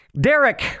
Derek